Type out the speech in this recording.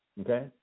Okay